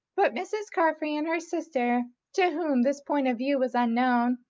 but mrs. carfry and her sister, to whom this point of view was unknown,